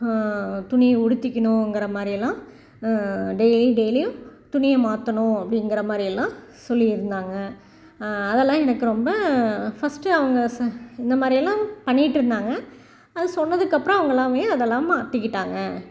துணி உடுத்திக்கணுங்கற மாதிரி எல்லாம் டெய்லியும் டெய்லியும் துணியை மாற்றணும் அப்படிங்கற மாதிரி எல்லாம் சொல்லி இருந்தாங்க எனக்கு ரொம்ப ஃபஸ்ட்டு அவங்க ச இந்த மாதிரி எல்லாம் பண்ணிகிட்டிருந்தாங்க அது சொன்னதுக்கு அப்புறம் அவங்களாவே அதெல்லாம் மாற்றிக்கிட்டாங்க